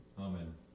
Amen